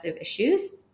issues